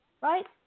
Right